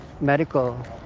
medical